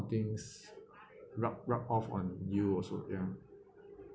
things rub rub off on you also ya